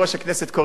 הוא השר.